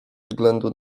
względu